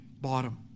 bottom